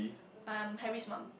um Harry's mum